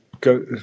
go